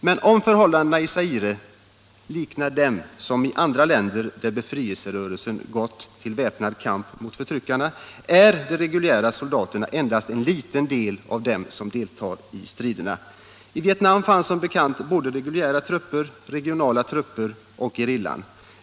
Men om förhållandena i Zaire liknar förhållandena i andra länder, där befrielserörelser gått till väpnad kamp mot förtryckarna, är de reguljära soldaterna endast en liten del av dem som deltar i striderna. I Vietnam fanns som bekant både reguljära trupper, regionala trupper och gerillan.